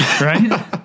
right